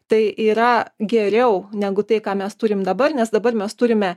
tai yra geriau negu tai ką mes turim dabar nes dabar mes turime